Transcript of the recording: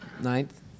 Ninth